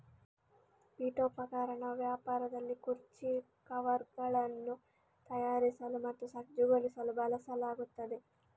ಪೀಠೋಪಕರಣ ವ್ಯಾಪಾರದಲ್ಲಿ ಕುರ್ಚಿ ಕವರ್ಗಳನ್ನು ತಯಾರಿಸಲು ಮತ್ತು ಸಜ್ಜುಗೊಳಿಸಲು ಬಳಸಲಾಗುತ್ತದೆ